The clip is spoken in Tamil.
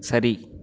சரி